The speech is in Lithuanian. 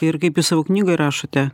ir kaip jūs savo knygoj rašote